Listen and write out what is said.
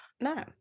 No